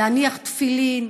להניח תפילין?